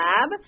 Lab